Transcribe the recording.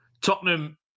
Tottenham